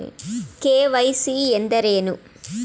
KYC ಎಂದರೇನು?